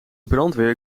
brandweer